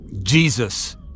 Jesus